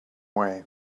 way